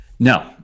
No